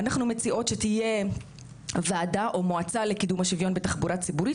אנחנו מציעות שתהיה ועדה או מועצה לקידום השוויון בתחבורה ציבורית.